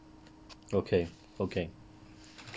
okay okay okay